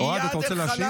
אוהד, אתה רוצה להשיב?